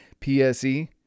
PSE